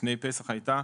לפני פסח הייתה